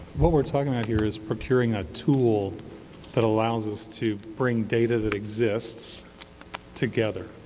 but we are talking about here is procuring a tool that allows us to bring data that exists together.